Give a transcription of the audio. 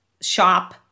shop